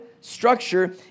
structure